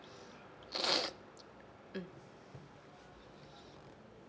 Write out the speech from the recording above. mm